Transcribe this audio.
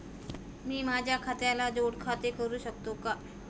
मी माझ्या खात्याला जोड खाते करू शकतो का?